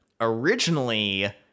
Originally